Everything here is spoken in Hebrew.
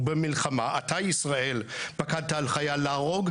ובמלחמה אתה ישראל פקדת על חייל להרוג,